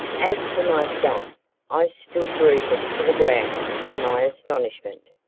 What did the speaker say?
as for myself i stood rooted to the ground in my astonishment.